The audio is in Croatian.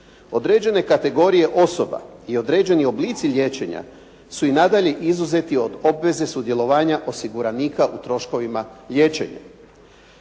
Određene kategorije osoba i određeni oblici liječenja su i nadalje izuzeti od obveze sudjelovanja osiguranika u troškovima liječenja.